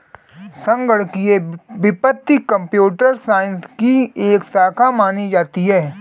संगणकीय वित्त computer science की एक शाखा मानी जाती है